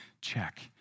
check